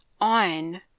on